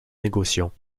négociant